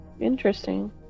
Interesting